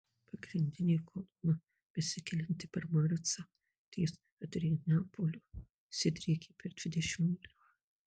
pagrindinė kolona besikelianti per maricą ties adrianopoliu išsidriekė per dvidešimt mylių